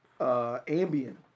Ambien